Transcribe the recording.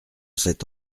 cet